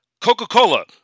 Coca-Cola